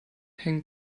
hängen